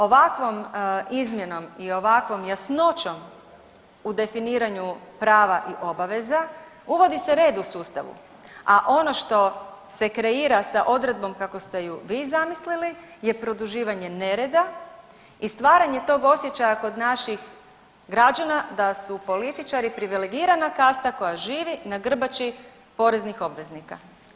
Ovakvom izmjenom i ovakvom jasnoćom u definiraju prava i obaveza uvodi se red u sustavu, a ono što se kreira sa odredbom kako ste ju vi zamislili je produživanje nereda i stvaranje tog osjećaja kod naših građana da su političari privilegirana kasta koja živi na grbači poreznih obveznika.